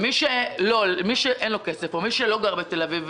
מי שאין לו כסף ומי שלא גר בתל-אביב,